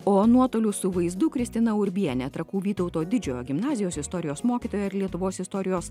o nuotoliu su vaizdu kristina urbienė trakų vytauto didžiojo gimnazijos istorijos mokytoja ir lietuvos istorijos